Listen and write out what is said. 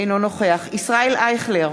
אינו נוכח ישראל אייכלר,